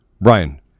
Brian